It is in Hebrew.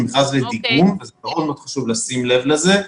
הוא מכרז לדיגום ומאוד-מאוד חשוב לשים לב לזה.